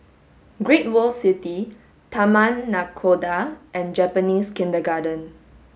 Great World City Taman Nakhoda and Japanese Kindergarten